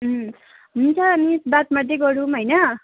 हुन्छ मिस बात मार्दै गरौँ होइन